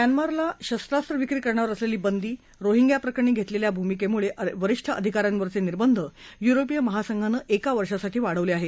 म्यानमारला शस्त्रास्त्र विक्री करण्यावर असलेली बंदी रोहिंग्याप्रकरणी घेतलेल्या भूमिकेमुळे वरीष्ठ अधिका यांवरचे निर्बंध युरोपिय महासंघानं एका वर्षासाठी वाढवले आहेत